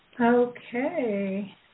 Okay